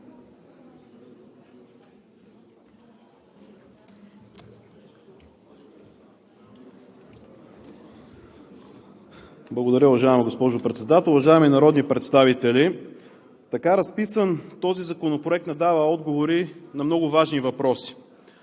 Благодаря, уважаема госпожо Председател. Уважаеми народни представители! Така разписан, този законопроект не дава отговори на много важни въпроси.